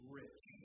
rich